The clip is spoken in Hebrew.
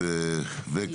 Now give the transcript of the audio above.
ואסף